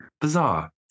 bizarre